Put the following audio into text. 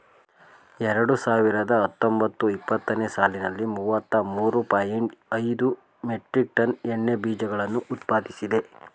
ಎರಡು ಸಾವಿರದ ಹತ್ತೊಂಬತ್ತು ಇಪ್ಪತ್ತನೇ ಸಾಲಿನಲ್ಲಿ ಮೂವತ್ತ ಮೂರು ಪಾಯಿಂಟ್ ಐದು ಮೆಟ್ರಿಕ್ ಟನ್ ಎಣ್ಣೆ ಬೀಜಗಳನ್ನು ಉತ್ಪಾದಿಸಿದೆ